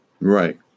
Right